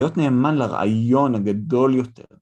‫להיות נאמן לרעיון הגדול יותר.